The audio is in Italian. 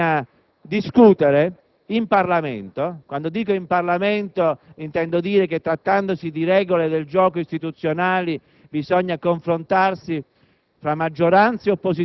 che bisogna discutere in Parlamento. Quando dico "in Parlamento" intendo dire che, trattandosi di regole del gioco istituzionali, bisogna confrontarsi